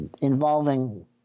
involving